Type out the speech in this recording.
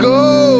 go